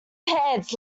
pants